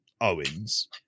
Owens